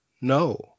No